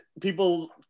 people